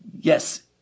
Yes